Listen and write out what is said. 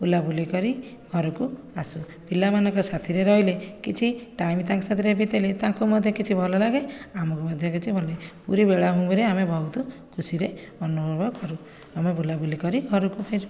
ବୁଲା ବୁଲି କରି ଘରକୁ ଆସୁ ପିଲାମାନଙ୍କ ସାଥିରେ ରହିଲେ କିଛି ଟାଇମ୍ ତାଙ୍କ ସାଥିରେ ବିତେଇଲେ ତାଙ୍କୁ ମଧ୍ୟ କିଛି ଭଲ ଲାଗେ ଆମକୁ ମଧ୍ୟ କିଛି ଭଲ ଲାଗେ ପୁରୀ ବେଳାଭୂମିରେ ଆମେ ବହୁତ ଖୁସିରେ ଅନୁଭବ କରୁ ଆମେ ବୁଲା ବୁଲି କରି ଘରକୁ ଫେରୁ